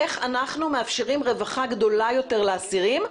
איך אנחנו מאפשרים רווחה גדולה יותר לאסירים,